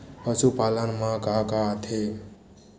पशुपालन मा का का आथे?